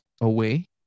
away